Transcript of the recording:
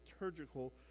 liturgical